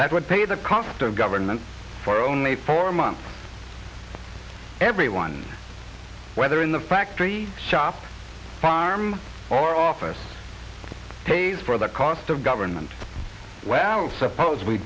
that would pay the cost of government for only four months everyone whether in the factory shop farm or office pays for the cost of government well suppose we